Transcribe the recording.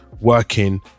working